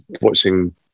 watching